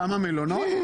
וכמה במלונות?